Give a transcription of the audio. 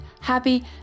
happy